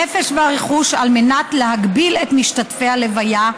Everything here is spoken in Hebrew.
הנפש והרכוש על מנת להגביל את משתתפי הלוויה,